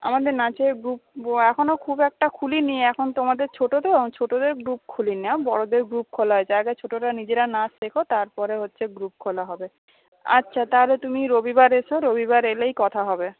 আমাদের নাচের গ্রুপ এখনও খুব একটা খুলিনি এখন তোমাদের ছোট তো ছোটদের গ্রুপ খুলিনা বড়দের গ্রুপ খোলা হয়েছে আগে ছোটরা নিজেরা নাচ শেখো তারপরে হচ্ছে গ্রুপ খোলা হবে আচ্ছা তাহলে তুমি রবিবার এসো রবিবার এলেই কথা হবে